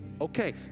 Okay